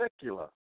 secular